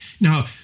Now